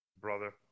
Brother